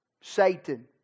Satan